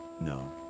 No